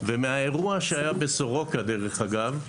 ומהאירוע שהיה בסורוקה דרך אגב,